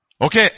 Okay